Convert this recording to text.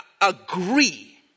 agree